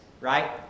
right